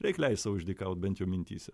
reik leist sau išdykaut bent jau mintyse